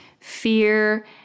fear